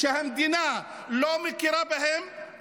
שהמדינה לא מכירה בהם,